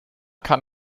kann